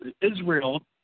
Israel